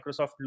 Microsoft